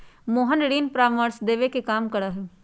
मोहन ऋण परामर्श देवे के काम करा हई